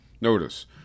Notice